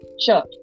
sure